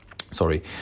sorry